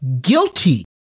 guilty